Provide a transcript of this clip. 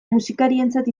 musikarientzat